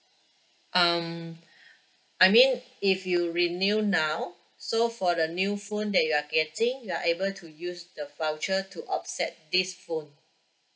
um I mean if you renew now so for the new phone that you're getting you're able to use the voucher to offset this phone